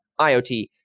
IoT